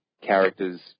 characters